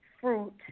fruit